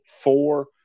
four